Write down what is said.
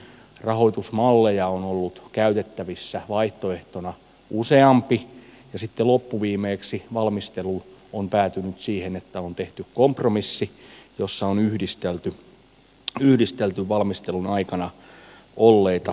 rahoitusmalleja on ollut käytettävissä vaihtoehtoina useampi ja sitten loppuviimeksi valmistelu on päätynyt siihen että on tehty kompromissi jossa on yhdistelty valmistelun aikana olleita rahoitusvaihtoehtoja